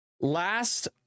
Last